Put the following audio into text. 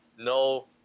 No